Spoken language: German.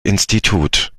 institut